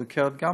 וגם בסוכרת.